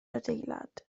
adeilad